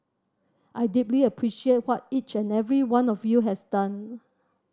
I deeply appreciate what each and every one of you has done